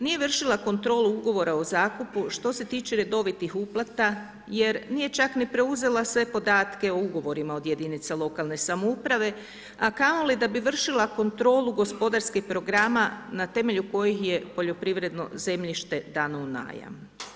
Nije vršila kontrolu ugovora o zakupu što se tiče redovitih uplata jer nije čak ni preuzela sve podatke o ugovorima od jedinica lokalne samouprave, a kamoli da bi vršila kontrolu gospodarskih programa na temelju kojih je poljoprivredno zemljište dano u najam.